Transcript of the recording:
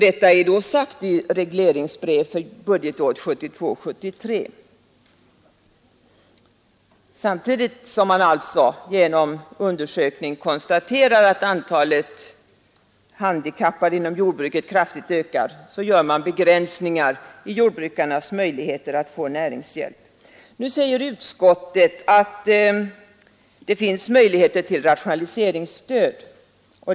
Detta är sagt i regleringsbrev för budgetåret 1972/73. Samtidigt som man alltså genom undersökning konstaterar att antalet handikappade inom jordbruket kraftigt ökar gör man begränsningar i jordbrukarnas möjligheter att få näringshjälp. Nu säger utskottet att det finns möjligheter till rationaliseringsstöd.